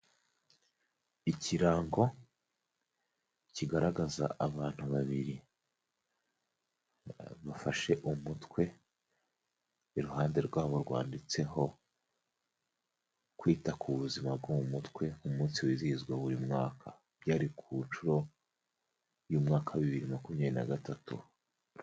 Ikirango kigaragaza abantu babiri bafashe umutwe, iruhande rwabo rwanditseho kwita ku buzima bwo mu mutwe umunsi wizihizwa buri mwaka, byari ku nshuro y'umwaka wa bibiri makumyabiri na gatatu.